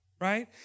right